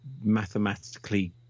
mathematically